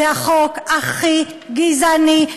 זה החוק הכי גזעני,